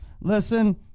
Listen